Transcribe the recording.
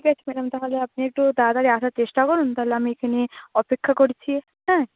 ঠিক আছে ম্যাডাম তাহলে আপনি একটু তাড়াতাড়ি আসার চেষ্টা করুন তাহলে আমি এখানেই অপেক্ষা করছি হ্যাঁ